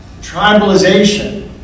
Tribalization